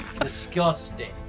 Disgusting